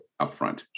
upfront